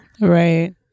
Right